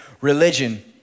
religion